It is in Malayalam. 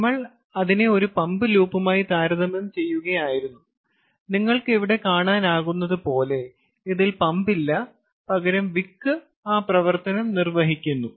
നമ്മൾ അതിനെ ഒരു പമ്പ് ലൂപ്പുമായി താരതമ്യം ചെയ്യുകയായിരുന്നു നിങ്ങൾക്ക് ഇവിടെ കാണാനാകുന്നതുപോലെ ഇതിൽ പമ്പ് ഇല്ല പകരം വിക്ക് ആ പ്രവർത്തനം നിർവ്വഹിക്കുന്നു